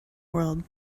world